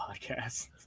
podcast